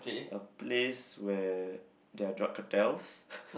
a place where there are drug cartels